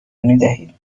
میدهید